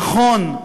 נכון,